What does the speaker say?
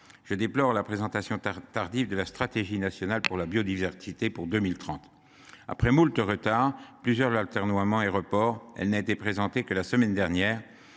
je déplore la présentation très tardive de la stratégie nationale pour la biodiversité 2030. Après moult retards, plusieurs atermoiements et autres reports, celle ci n’a en effet été présentée que la semaine dernière,